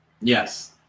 Yes